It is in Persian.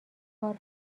کار